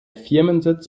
firmensitz